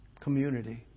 community